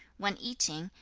when eating,